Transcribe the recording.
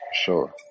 Sure